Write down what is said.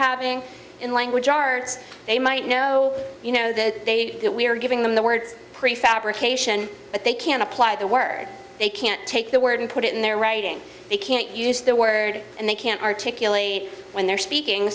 having in language arts they might know you know that they that we are giving them the words prefabrication but they can apply the word they can't take the word and put it in their writing they can't use the word and they can't articulate when they're speaking